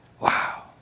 Wow